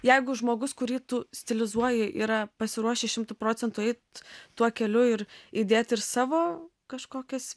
jeigu žmogus kurį tu stilizuoji yra pasiruošęs šimtu procentų eit tuo keliu ir įdėt ir savo kažkokias